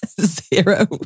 Zero